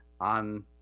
on